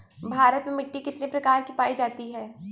भारत में मिट्टी कितने प्रकार की पाई जाती हैं?